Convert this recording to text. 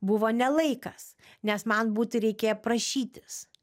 buvo ne laikas nes man būtų reikėję prašytis